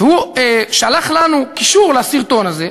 הוא שלח לנו קישור לסרטון הזה,